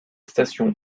station